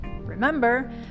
Remember